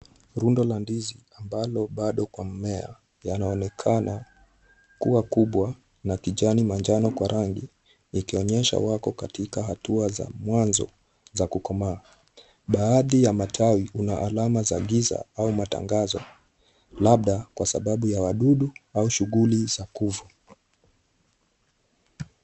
Rundo la ndizi ambalo bado kwa mmea yanaonekana kuwa kubwa na kijani manjano kwa rangi, ikionyesha wako katika hatua za mwanzo za kukomaa. Baadhi ya matawi una alama za giza au matangazo labda kwa sababu ya wadudu au shughuli za kufa.